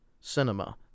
cinema